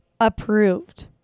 Approved